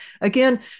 Again